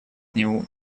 нему